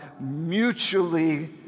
mutually